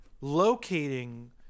locating